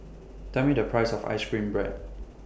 Tell Me The Price of Ice Cream Bread